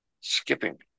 Skipping